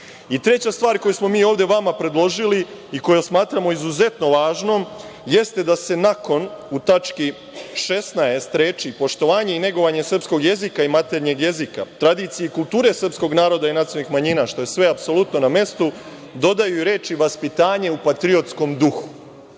stvar koju smo mi vama ovde predložili i koju smatramo izuzetno važno jeste da se u tački 16) posle reči: „poštovanje i negovanje srpskog jezika i maternjeg jezika, tradicije i kulture srpskog naroda i nacionalnih manjina“, što je sve apsolutno na mestu, dodaju reči : „vaspitanje u patriotskom duhu“.